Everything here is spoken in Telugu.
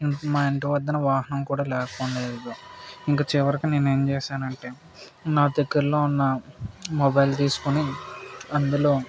మా ఇంటి వద్ద వాహనం కూడా లేకపోలేదు ఇంక చివరికి నేనేం చేశాను అంటే నా దగ్గరలో ఉన్న మొబైల్ తీసుకుని అందులో